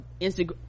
instagram